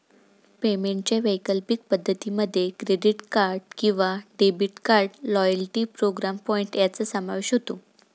पेमेंटच्या वैकल्पिक पद्धतीं मध्ये क्रेडिट किंवा debit card, loyalty program point यांचा समावेश होतो